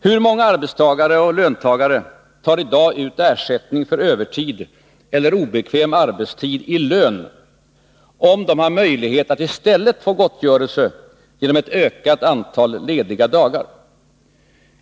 Hur många arbetstagare och löntagare tar i dag ut ersättning för övertid eller obekväm arbetstid i lön om de har möjlighet att i stället få gottgörelse genom ett antal lediga dagar?